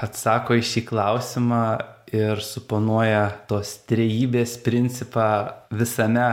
atsako į šį klausimą ir suponuoja tos trejybės principą visame